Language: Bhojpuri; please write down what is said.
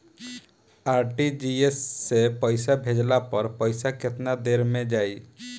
आर.टी.जी.एस से पईसा भेजला पर पईसा केतना देर म जाई?